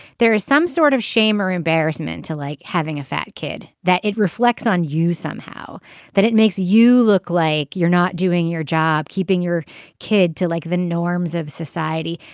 there is some sort of shame or embarrassment to like having a fat kid that it reflects on you somehow that it makes you look like you're not doing your job keeping your kid to like the norms of society.